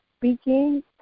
speaking